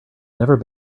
never